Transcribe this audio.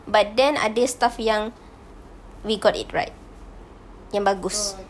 but then ada staff yang we got it right yang bagus